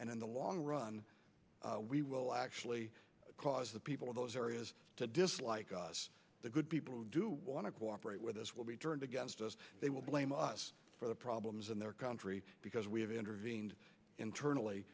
and in the long run we will actually cause the people of those areas to dislike us the good people who do want to cooperate with us will be turned against us they will blame us for the problems in their country because we have intervened internally